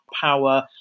power